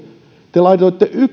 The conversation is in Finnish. te laitoitte